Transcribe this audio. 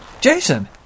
Jason